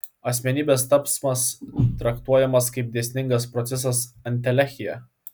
asmenybės tapsmas traktuojamas kaip dėsningas procesas entelechija